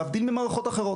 להבדיל ממערכות אחרות,